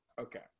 Okay